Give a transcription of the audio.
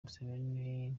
museveni